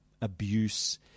abuse